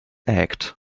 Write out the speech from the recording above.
act